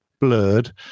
blurred